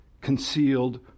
concealed